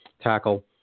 tackle